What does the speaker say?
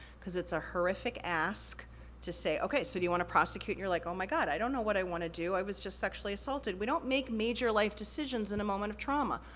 cause it's a horrific ask to say, okay, so, do you wanna prosecute? you're like, oh my god, i don't know what i wanna do, i was just sexually assaulted. we don't make major life decisions in a moment of trauma.